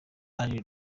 alain